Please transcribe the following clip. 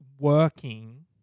working